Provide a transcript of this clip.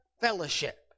Fellowship